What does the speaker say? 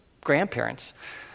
grandparents